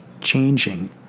changing